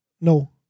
No